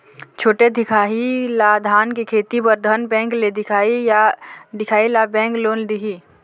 छोटे दिखाही ला धान के खेती बर धन बैंक ले दिखाही ला बैंक लोन दिही?